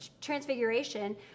transfiguration